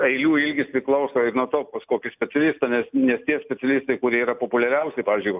eilių ilgis priklauso ir nuo to kokį specialistą nes net tie specialistai kurie yra populiariausi pavyzdžiui